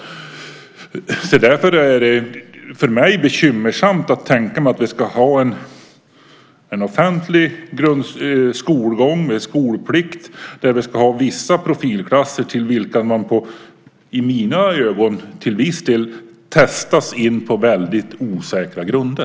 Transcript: Därför är det för mig bekymmersamt att tänka mig en offentlig skolgång med skolplikt där vi ska ha vissa profilklasser där man, i mina ögon, till viss del "testas in" på väldigt osäkra grunder.